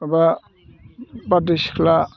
माबा बारदै सिख्ला